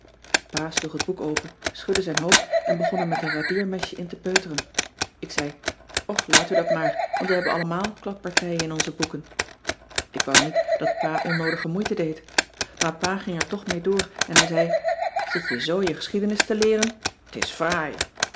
sloeg het boek open schudde zijn hoofd en begon er met een radeermesje in te peuteren ik zei och laat u dat maar want we hebben allemaal kladpartijen in onze boeken ik wou niet dat pa onnoodige moeite deed maar pa ging er toch mee door en hij zei zit je zoo je geschiedenis te leeren t is fraai